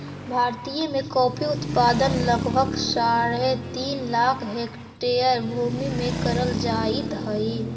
भारत में कॉफी उत्पादन लगभग साढ़े तीन लाख हेक्टेयर भूमि में करल जाइत हई